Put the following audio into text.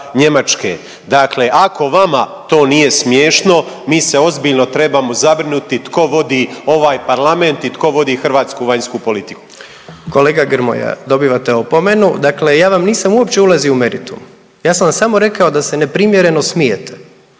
Njemačke, dakle ako vama to nije smiješno mi se ozbiljno trebamo zabrinuti tko vodi ovaj parlament i tko vodi hrvatsku vanjsku politiku. **Jandroković, Gordan (HDZ)** Kolega Grmoja, dobivate opomenu, dakle ja vam nisam uopće ulazio u meritum, ja sam vam samo rekao da se neprimjereno smijete,